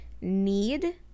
need